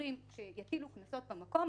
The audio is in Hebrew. בשוטרים שיטילו קנסות במקום.